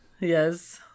Yes